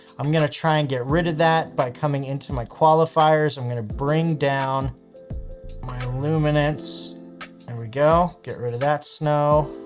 i'm going to try and get rid of that by coming into my qualifiers, i'm going to bring down my luminance and we go get rid of that snow.